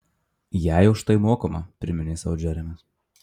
jai už tai mokama priminė sau džeremis